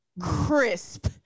crisp